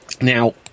Now